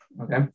Okay